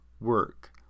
work